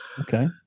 Okay